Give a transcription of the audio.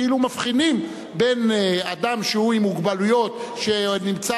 כאילו מבחינים בין אדם שהוא עם מוגבלויות שנמצא